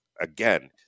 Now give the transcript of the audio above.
again